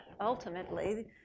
ultimately